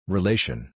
Relation